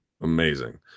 Amazing